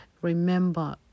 remember